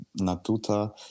Natuta